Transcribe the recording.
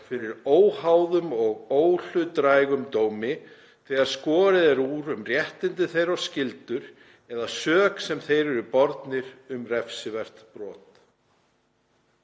fyrir óháðum og óhlutdrægum dómi, þegar skorið er úr um réttindi þeirra og skyldur eða sök sem þeir eru bornir um refsivert brot.“